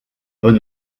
bon